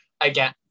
Again